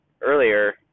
earlier